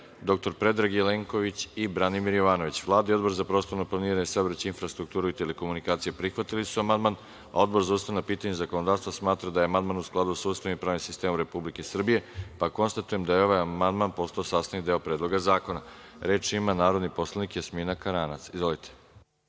dr Predrag Jelenković i Branimir Jovanović. Vlada i Odbor za prostorno planiranje, saobraćaj, infrastrukturu i telekomunikacije prihvatili su amandman, a Odbor za ustavna pitanja i zakonodavstvo smatra da je amandman u skladu sa Ustavom i pravnim sistemom Republike Srbije, pa konstatujem da je ovaj amandman postao sastavni deo Predloga zakona. Reč ima narodni poslanik Jasmina Karanac. **Jasmina